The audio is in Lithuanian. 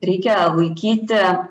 reikia laikyti